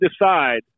decide